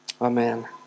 Amen